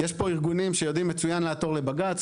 יש פה ארגונים שיודעים מצוין לעתור לבג"ץ,